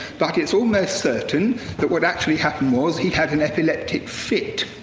but it's almost certain that what actually happened was he had an epileptic fit,